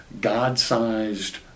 God-sized